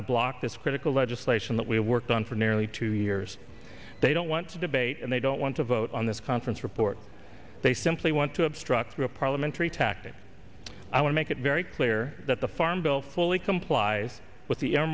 to block this critical legislation that we have worked on for nearly two years they don't want to debate and they don't want to vote on this conference report they simply want to obstruct through a parliamentary tactic i will make it very clear that the farm bill fully complies with the